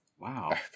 wow